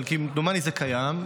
אבל כמדומני זה קיים.